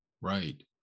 Right